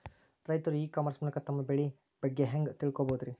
ರೈತರು e commerce ಮೂಲಕ ತಮ್ಮ ಬೆಳಿ ಬಗ್ಗೆ ಹ್ಯಾಂಗ ತಿಳ್ಕೊಬಹುದ್ರೇ?